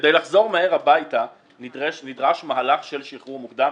כדי לחזור מהר הביתה נדרש מהלך של שחרור מוקדם,